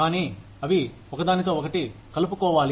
కానీ అవి ఒకదానితో ఒకటి కలుపుకోవాలి